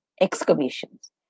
excavations